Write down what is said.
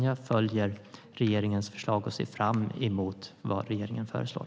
Jag följer regeringens förslag och ser fram emot vad regeringen föreslår.